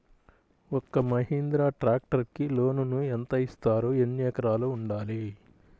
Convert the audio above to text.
ఒక్క మహీంద్రా ట్రాక్టర్కి లోనును యెంత ఇస్తారు? ఎన్ని ఎకరాలు ఉండాలి?